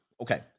okay